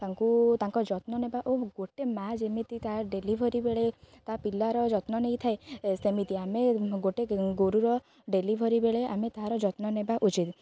ତାଙ୍କୁ ତାଙ୍କ ଯତ୍ନ ନେବା ଓ ଗୋଟେ ମାଆ ଯେମିତି ତା ଡେଲିଭରି ବେଳେ ତା ପିଲାର ଯତ୍ନ ନେଇଥାଏ ସେମିତି ଆମେ ଗୋଟେ ଗୋରୁର ଡେଲିଭରି ବେଳେ ଆମେ ତା'ର ଯତ୍ନ ନେବା ଉଚିତ